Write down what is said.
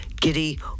giddy